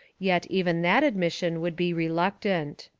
yet even that admission would be reluctant.